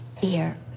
fear